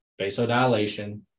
vasodilation